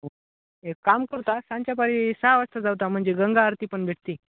एक काम करता सांच्याकाळी सहा वाजता जाऊ आता म्हणजे गंगा आरती पण भेटते